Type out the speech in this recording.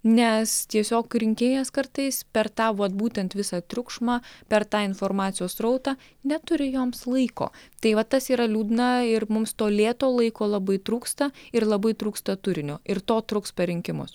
nes tiesiog rinkėjas kartais per tą vat būtent visą triukšmą per tą informacijos srautą neturi joms laiko tai va tas yra liūdna ir mums to lėto laiko labai trūksta ir labai trūksta turinio ir to trūks per rinkimus